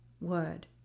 word